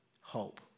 hope